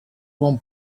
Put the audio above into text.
bon